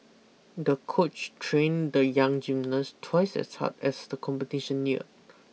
the coach trained the young gymnast twice as hard as the competition neared